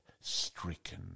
stricken